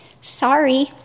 Sorry